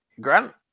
Grant